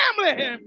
family